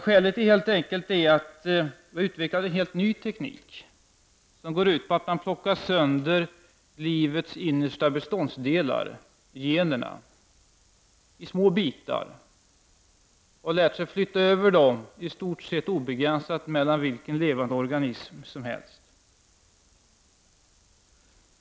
Skälet är helt enkelt att man har utvecklat en helt ny teknik som går ut på att man plockar sönder livets innersta beståndsdelar, generna, i små bitar och att man har lärt sig flytta över dem, i stort sett obegränsat, mellan vilka levande organismer som helst.